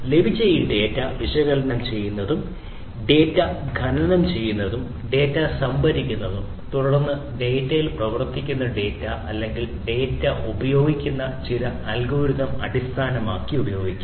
ലഭിച്ച ഈ data data വിശകലനം ചെയ്യുന്നതിനും ഡാറ്റ ഖനനം ചെയ്യുന്നതിനും ഡാറ്റ സംഭരിക്കുന്നതിനും തുടർന്ന് ഡാറ്റയിൽ പ്രവർത്തിക്കുന്ന ഡാറ്റ അല്ലെങ്കിൽ ഡാറ്റ ഉപയോഗിക്കുന്ന ചില അൽഗോരിതം അടിസ്ഥാനമാക്കി ഉപയോഗിക്കാം